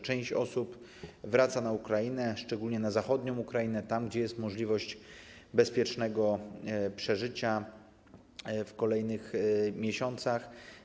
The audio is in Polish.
Część osób wraca na Ukrainę, szczególnie na zachodnią Ukrainę, tam gdzie jest możliwość bezpiecznego przeżycia w kolejnych miesiącach.